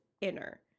inner